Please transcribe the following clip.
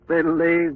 Believe